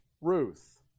Ruth